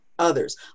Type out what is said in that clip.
others